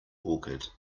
orchid